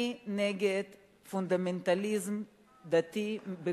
אני נגד פונדמנטליזם דתי,